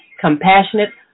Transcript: compassionate